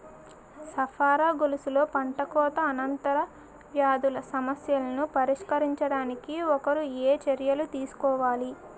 సరఫరా గొలుసులో పంటకోత అనంతర వ్యాధుల సమస్యలను పరిష్కరించడానికి ఒకరు ఏ చర్యలు తీసుకోవాలి?